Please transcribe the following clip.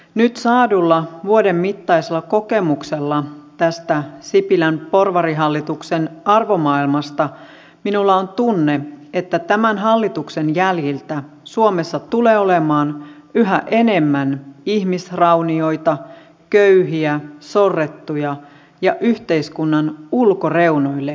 nyt saadulla vuoden mittaisella kokemuksella tästä sipilän porvarihallituksen arvomaailmasta minulla on tunne että tämän hallituksen jäljiltä suomessa tulee olemaan yhä enemmän ihmisraunioita köyhiä sorrettuja ja yhteiskunnan ulkoreunoille jääneitä